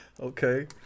Okay